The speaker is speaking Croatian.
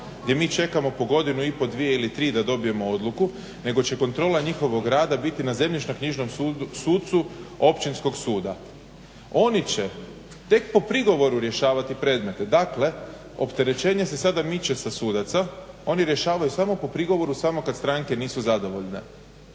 gdje mi čekamo po godinu i pol, dvije ili tri da dobijemo odluku nego će kontrola njihovog rada biti na zemljišno-knjižnom sucu općinskog suda. Oni će tek po prigovoru rješavati predmete. Dakle opterećenje se sada miče sa sudaca, oni rješavaju samo po prigovoru, samo kad stranke nisu zadovoljne.